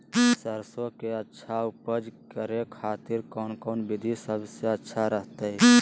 सरसों के अच्छा उपज करे खातिर कौन कौन विधि सबसे अच्छा रहतय?